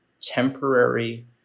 temporary